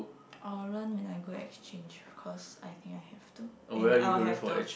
I will run when I go exchange of course I think I have to and I will have the